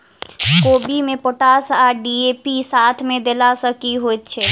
कोबी मे पोटाश आ डी.ए.पी साथ मे देला सऽ की होइ छै?